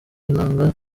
intanga